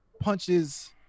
punches